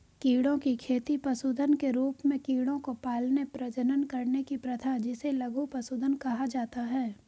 कीड़ों की खेती पशुधन के रूप में कीड़ों को पालने, प्रजनन करने की प्रथा जिसे लघु पशुधन कहा जाता है